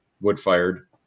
wood-fired